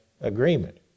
agreement